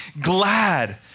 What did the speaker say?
glad